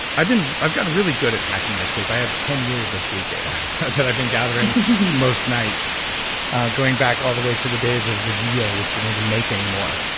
i've i've gotten really good at hacking my sleep. i have ten years of sleep data that i've been gathering most nights going back all the way to the days of the zio, which they don't even make anymore.